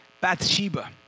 Bathsheba